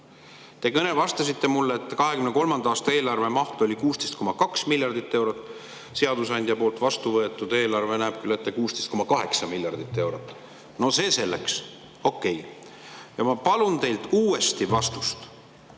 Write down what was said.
Te täna vastasite mulle, et 2023. aasta eelarve maht oli 16,2 miljardit eurot, seadusandja poolt vastuvõetud eelarve näeb küll ette 16,8 miljardit eurot. No see selleks, okei. Ma palun teilt uuesti vastust: